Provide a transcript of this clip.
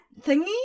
thingy